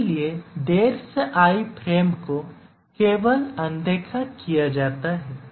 इसलिए देरसे आई फ्रेम को केवल अनदेखा किया जाता है